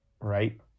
right